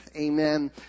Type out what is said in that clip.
Amen